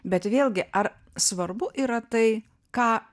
bet vėlgi ar svarbu yra tai ką